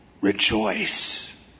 Rejoice